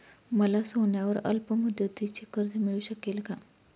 मला सोन्यावर अल्पमुदतीचे कर्ज मिळू शकेल का?